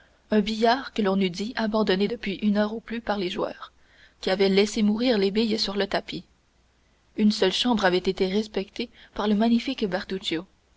un billard que l'on eût dit abandonné depuis une heure au plus par les joueurs qui avaient laissé mourir les billes sur le tapis une seule chambre avait été respectée par le magnifique